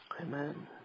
Amen